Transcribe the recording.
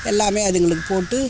எல்லாமே அதுங்களுக்குப் போட்டு